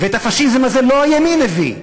ואת הפאשיזם הזה לא הימין הביא.